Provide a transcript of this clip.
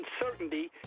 uncertainty